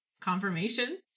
confirmation